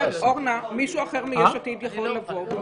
אורנה, מישהו אחר מיש עתיד יכול לבוא.